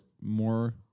more